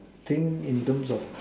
think in terms of